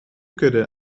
kudde